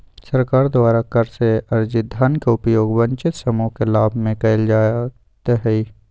सरकार द्वारा कर से अरजित धन के उपयोग वंचित समूह के लाभ में कयल जाईत् हइ